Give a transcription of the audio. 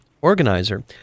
organizer